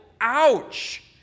Ouch